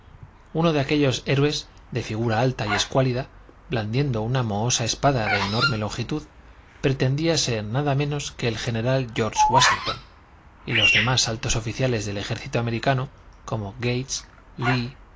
uno de aquellos héroes de figura alta y escuálida blandiendo una mohosa espada de enorme longitud pretendía ser nada menos que el general george wáshington y los demás altos oficiales del ejército americano como gates lee